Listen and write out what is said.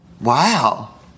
Wow